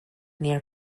near